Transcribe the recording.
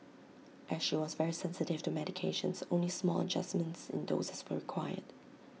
as she was very sensitive to medications only small adjustments in doses were required